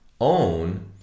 own